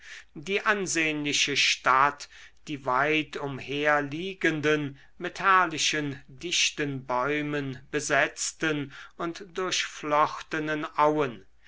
die ansehnliche stadt die weitumherliegenden mit herrlichen dichten bäumen besetzten und durchflochtenen auen